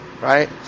right